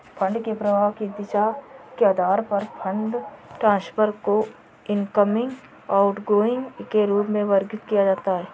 fund के प्रवाह की दिशा के आधार पर फंड ट्रांसफर को इनकमिंग, आउटगोइंग के रूप में वर्गीकृत किया जाता है